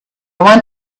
want